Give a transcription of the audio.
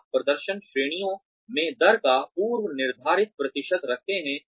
आप प्रदर्शन श्रेणियों में दर का पूर्व निर्धारित प्रतिशत रखते हैं